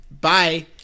Bye